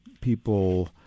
people